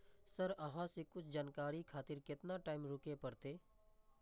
Sir अहाँ से कुछ जानकारी खातिर केतना टाईम रुके परतें?